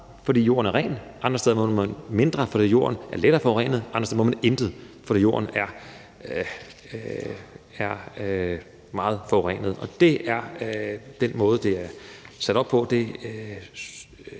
fordi jorden er ren, andre steder må man mindre, fordi jorden er lettere forurenet, og andre steder igen må man intet, fordi jorden er meget forurenet. Det er den måde, det er sat op på,